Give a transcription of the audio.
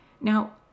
now